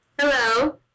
Hello